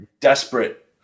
desperate